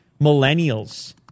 millennials